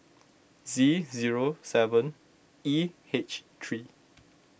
Z zero seven E H three